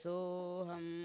Soham